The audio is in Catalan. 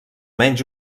menys